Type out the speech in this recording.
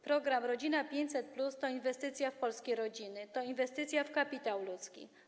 Program „Rodzina 500+” to inwestycja w polskie rodziny, to inwestycja w kapitał ludzki.